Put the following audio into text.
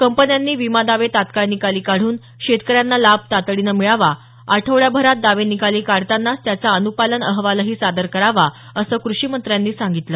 कंपन्यांनी विमा दावे तत्काळ निकाली काढून शेतकऱ्यांना लाभ तातडीनं मिळावा आठवड्याभरात दावे निकाली काढतानाच त्याचा अनुपालन अहवालही सादर करावा असं कृषीमंत्र्यांनी सांगितलं